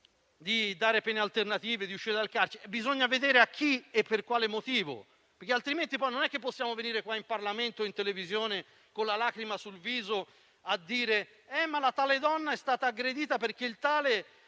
di concedere pene alternative e di farli uscire dal carcere, bisogna vedere a chi e per quale motivo, altrimenti poi non possiamo venire qua in Parlamento o in televisione, con la lacrima sul viso, a dire che una tale donna è stata aggredita perché il tale,